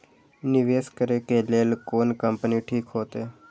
निवेश करे के लेल कोन कंपनी ठीक होते?